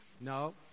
No